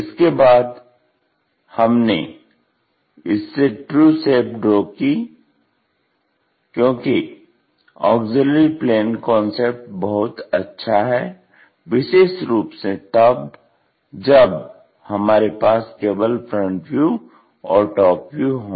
इसके बाद हमने इससे ट्रू शेप ड्रा की क्योंकि ऑग्ज़िल्यरी प्लेन कांसेप्ट बहुत अच्छा है विशेष रूप से तब जब हमारे पास केवल FV और TV हों